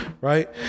right